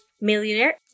Millionaire